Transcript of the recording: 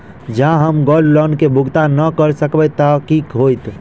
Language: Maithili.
जँ हम गोल्ड लोन केँ भुगतान न करऽ सकबै तऽ की होत?